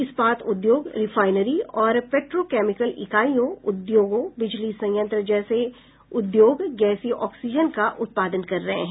इस्पात उद्योग रिफाइनरी और पेट्रोकैमिकल इकाइयों उद्योगों बिजली संयंत्र जैसे उद्योग गैसीय ऑक्सीजन का उत्पादन कर रहे हैं